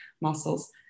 muscles